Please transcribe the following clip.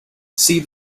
see